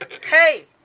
Hey